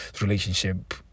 relationship